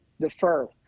Defer